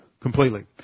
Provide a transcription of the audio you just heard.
completely